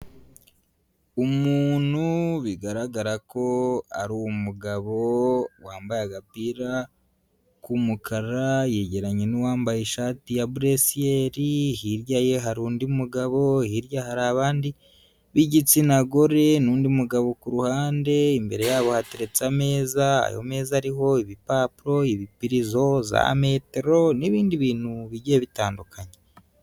Umuntu bigaragara ko ari umugabo wambaye agapira k'umukara yegeranye n'uwambaye ishati ya buresiyeri hirya ye hari undi mugabo, hirya hari abandi b'igitsina gore n'undi mugabo ku ruhande, imbere yabo hateretse ameza, ayo meza ariho ibipapuro, ibipirizo, za metero n'ibindi bintu bigiye bitandukanye.